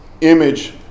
Image